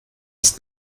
ist